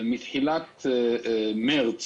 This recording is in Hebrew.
מתחילת מרס